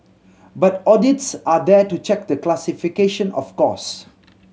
but audits are there to check the classification of costs